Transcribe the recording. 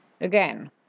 Again